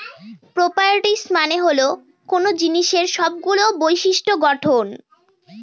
properties মানে হল কোনো জিনিসের সবগুলো বিশিষ্ট্য গঠন